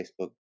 Facebook